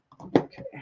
okay